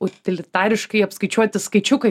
utilitariškai apskaičiuoti skaičiukai